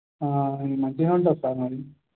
మంచిగానే ఉంటారు సార్ మరి